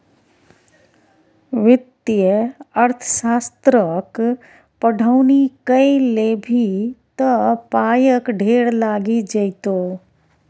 वित्तीय अर्थशास्त्रक पढ़ौनी कए लेभी त पायक ढेर लागि जेतौ